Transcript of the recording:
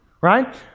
right